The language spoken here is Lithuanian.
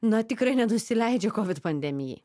na tikrai nenusileidžia kovid pandemijai